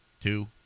Two